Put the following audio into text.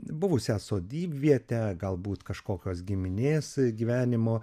buvusią sodybvietę galbūt kažkokios giminės gyvenimo